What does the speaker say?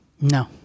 No